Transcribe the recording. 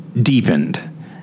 deepened